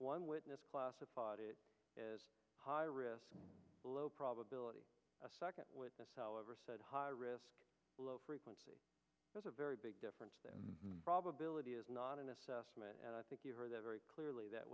one witness classified it as high risk low probability a second witness however said high risk low frequency is a very big difference the probability is not in assessment and i think you heard that very clearly that